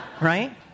Right